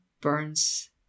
burns